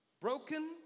Broken